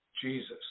Jesus